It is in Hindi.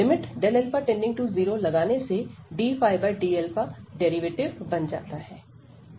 लिमिट Δα→0 लगाने से dd डेरिवेटिव बन जाता है